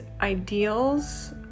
ideals